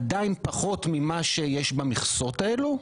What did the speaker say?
עדיין, פחות ממה שיש במכסות האלה,